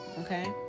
okay